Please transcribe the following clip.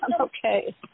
okay